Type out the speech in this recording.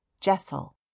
Jessel